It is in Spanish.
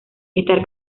estar